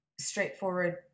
straightforward